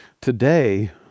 Today